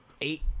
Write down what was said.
eight